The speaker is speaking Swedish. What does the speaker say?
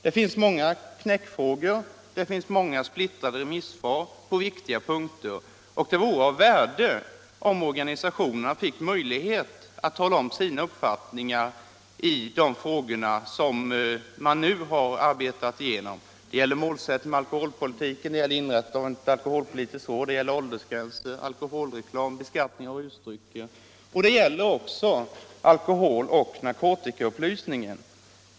Det finns många knäckfrågor och remissvaren är splittrade på viktiga punkter. Därför vore det av värde om organisationerna fick möjlighet att ge till känna sina uppfattningar i de frågor som beredningsgruppen nu har arbetat igenom. Det gäller målsättningen med alkoholpolitiken, inrättandet av ett alkoholpolitiskt råd, åldersgränser, alkoholreklam samt beskattning av rusdrycker, och det gäller också alkoholoch narkotikaupplysningen.